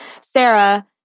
Sarah